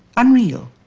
unreal,